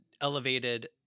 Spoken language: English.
elevated